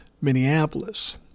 Minneapolis